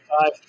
five